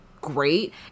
great